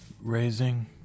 Raising